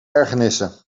ergernissen